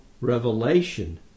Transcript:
revelation